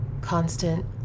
constant